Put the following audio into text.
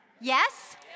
yes